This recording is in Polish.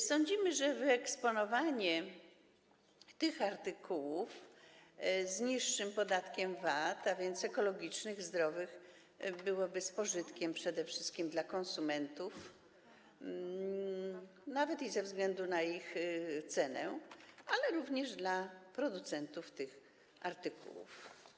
Sądzimy, że wyeksponowanie tych artykułów objętych niższym podatkiem VAT, a więc ekologicznych, zdrowych, odbyłoby się z pożytkiem przede wszystkim dla konsumentów, chociażby ze względu na ich cenę, ale również dla producentów tych artykułów.